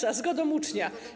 Za zgodą ucznia.